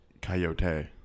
coyote